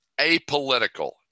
apolitical